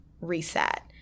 reset